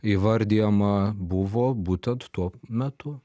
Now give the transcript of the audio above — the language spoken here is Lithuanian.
įvardijama buvo būtent tuo metu